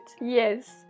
Yes